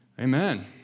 Amen